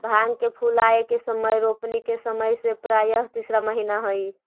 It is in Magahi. भांग के फूलाए के समय रोपनी के समय से प्रायः तीसरा महीना हई